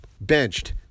benched